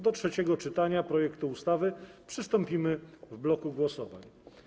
Do trzeciego czytania projektu ustawy przystąpimy w bloku głosowań.